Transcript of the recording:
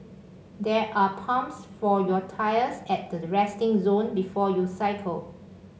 there are pumps for your tyres at the resting zone before you cycle